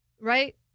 right